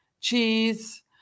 cheese